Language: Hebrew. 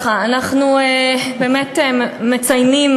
אנחנו מציינים